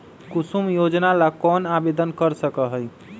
कुसुम योजना ला कौन आवेदन कर सका हई?